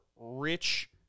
rich